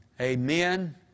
Amen